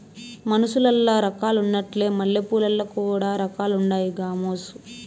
మనుసులల్ల రకాలున్నట్లే మల్లెపూలల్ల కూడా రకాలుండాయి గామోసు